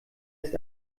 ist